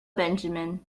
benjamin